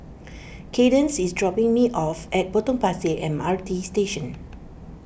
Kaydence is dropping me off at Potong Pasir M R T Station